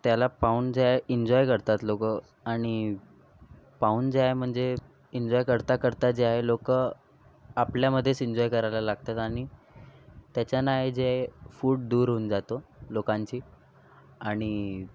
त्याला पाहून जे आहे इन्जॉय करतात लोक आणि पाहून जे आहे म्हणजे इन्जॉय करता करता जे आहे लोक आपल्यामध्येच एन्जॉय करायला लागतात आणि त्याच्या नाही जे फूट दूर होऊन जातो लोकांची आणि